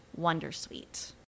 Wondersuite